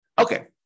Okay